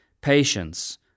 patience